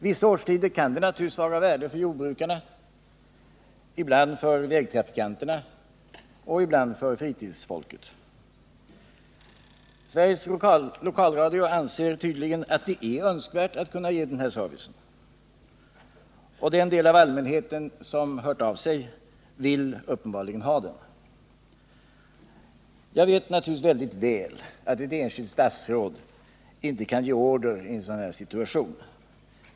Vissa årstider kan prognoserna naturligtvis vara av värde för jordbrukarna liksom ibland för vägtrafikanterna och för fritidsfolket. Sveriges Lokalradio anser tydligen att det är önskvärt att kunna ge den här servicen, och den del av allmänheten som hört av sig vill uppenbarligen ha den. Jag vet naturligtvis mycket väl att ett enskilt statsråd inte kan ge order i en sådan här situation.